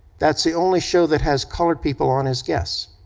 that's the only show that has colored people on as guests.